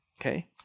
Okay